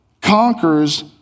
conquers